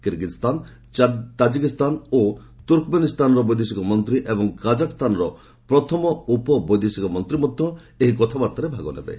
Kyrgyzstan Tajikistan ଏବଂ ତ୍ରୁର୍କମେନିସ୍ତାନର ବୈଦେଶିକ ମନ୍ତ୍ରୀ ଏବଂ କାଜାଖ୍ସ୍ତାନର ପ୍ରଥମ ଉପବୈଦେଶିକ ମନ୍ତ୍ରୀ ମଧ୍ୟ ଏହି କଥାବାର୍ଭାରେ ଭାଗ ନେବେ